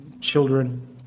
children